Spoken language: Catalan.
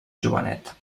jovenet